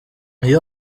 iyo